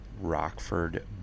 rockford